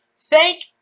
Thank